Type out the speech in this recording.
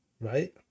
right